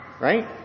Right